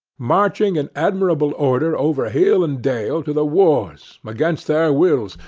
marching in admirable order over hill and dale to the wars, against their wills,